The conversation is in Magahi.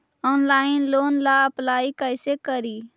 ऑनलाइन लोन ला अप्लाई कैसे करी?